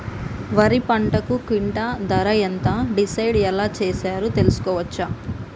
వరి పంటకు క్వింటా ధర ఎంత డిసైడ్ ఎలా చేశారు తెలుసుకోవచ్చా?